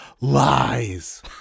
lies